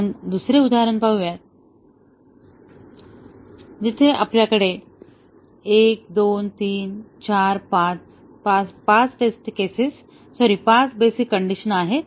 आपण दुसरे उदाहरण पाहू जिथे आपल्याकडे 1 2 3 4 5 5 testing cases sorry 5 basic condition आहेत